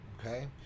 okay